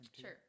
Sure